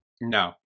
no